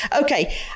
Okay